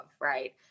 right